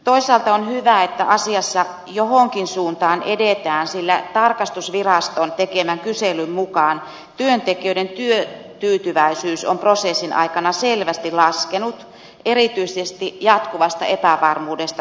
toisaalta on hyvä että asiassa johonkin suuntaan edetään sillä tarkastusviraston tekemän kyselyn mukaan työntekijöiden työtyytyväisyys on prosessin aikana selvästi laskenut erityisesti jatkuvasta epävarmuudesta johtuen